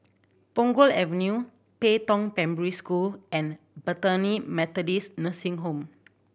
Punggol Avenue Pei Tong Primary School and Bethany Methodist Nursing Home